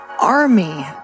army